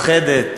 מיוחדת.